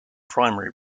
primary